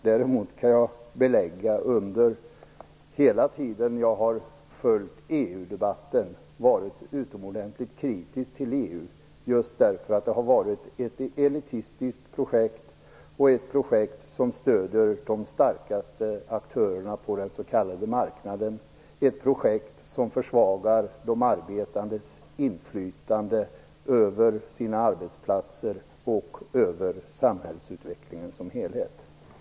Däremot kan jag belägga att jag under hela den tid jag har följt EU-debatten varit utomordentligt kritisk till EU just därför att det har varit ett elitistiskt projekt som stöder de starkaste aktörerna på den s.k. marknaden. Det är ett projekt som försvagar de arbetandes inflytande över sina arbetsplatser och över samhällsutvecklingen som helhet.